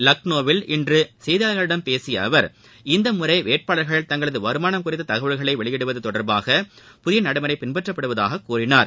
லக்னோவில் இன்று செய்தியாளர்களிடம் பேசிய அவர் இந்த முறை வேட்பாளர்கள் தங்களது வருமானம் குறித்த தகவல்களை வெளியிடுவது தொடர்பாக புதிய நடைமுறை பின்பற்றப்படுவதாக கூறினார்